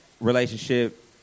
relationship